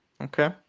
Okay